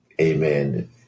Amen